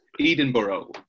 Edinburgh